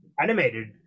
animated